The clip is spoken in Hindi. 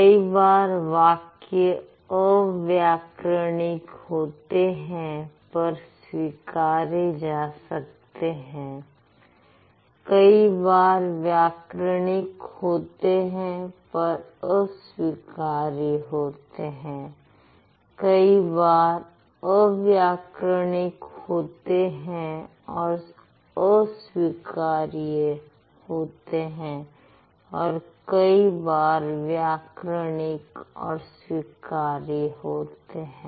कई बार वाक्य अव्याकरणिक होते हैं पर स्वीकारे जा सकते हैं कई बार व्याकरणिक होते हैं पर अस्वीकारय होते हैं कई बार अव्याकरणिक होते हैं और अस्वीकार्य होते हैं और कई बार व्याकरणिक और स्वीकार्य होते हैं